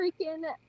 freaking